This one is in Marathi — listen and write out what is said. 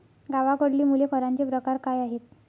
गावाकडली मुले करांचे प्रकार काय आहेत?